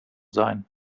sein